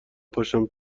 پاشم